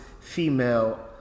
female